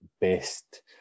best